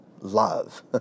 love